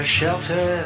shelter